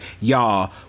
y'all